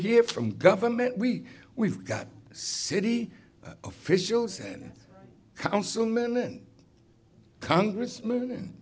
here from government we we've got city officials and councilman and congressmen and